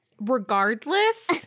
regardless